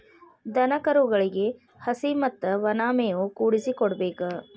ದನಕರುಗಳಿಗೆ ಹಸಿ ಮತ್ತ ವನಾ ಮೇವು ಕೂಡಿಸಿ ಕೊಡಬೇಕ